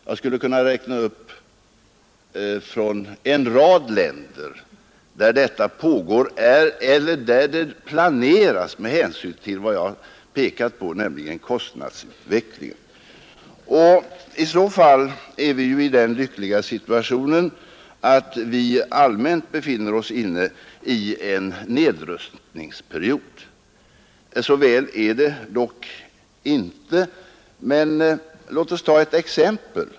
Jag skulle kunna räkna upp en rad länder där en sådan minskning pågår eller planeras med hänsyn till vad jag har pekat på, nämligen kostnadsutvecklingen. Mot den bakgrunden är vi ju i den lyckliga situationen att vi allmänt sett skulle befinna oss i en nedrustningsperiod. Så väl är det dock inte, men låt oss ta ett exempel.